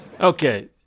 okay